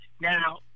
Now